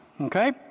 okay